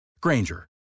Granger